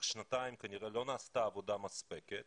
שנתיים כנראה לא נעשתה עבודה מספקת